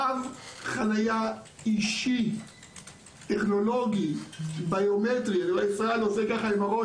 תו חניה אישי טכנולוגי ביומטרי ישראל מהנהן עם הראש,